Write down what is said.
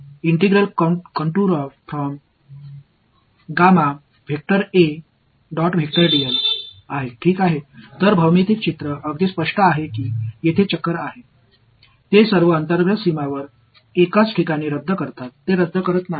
எனவே வடிவியல் படம் மிகவும் தெளிவாக உள்ளது இங்கே சுழல்கள் உள்ளன அவை அனைத்தும் உள் எல்லைகளில் ஒரே இடத்தில் ரத்து செய்யப்படுகின்றன ரத்து செய்யப்படுவதில்லை